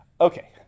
Okay